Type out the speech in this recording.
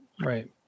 Right